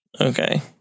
Okay